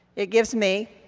it gives me,